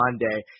Monday